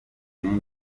izindi